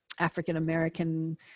african-american